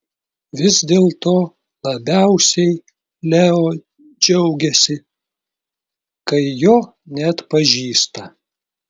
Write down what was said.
vis dėlto labiausiai leo džiaugiasi kai jo neatpažįsta